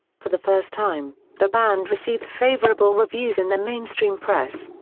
for the first time, the band received favourable reviews in the mainstream press.